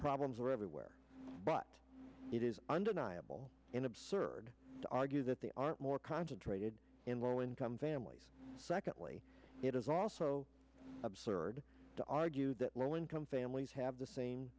problems are everywhere but it is undeniable and absurd to argue that they are more concentrated in low income families secondly it is also absurd to argue that low income families have the same